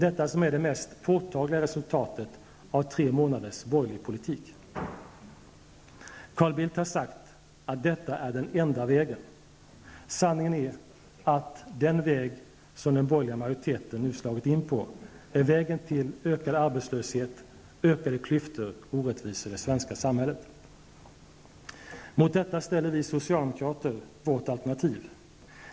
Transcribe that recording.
Detta är det mest påtagliga resultatet av tre månaders borgerlig politik. Carl Bildt har sagt att detta är den enda vägen. Sanningen är att den väg som den borgerliga majoriteten nu slagit in på är vägen till ökad arbetslöshet, ökade klyftor och orättvisor i det svenska samhället. Mot detta ställer vi socialdemokrater vårt alternativ.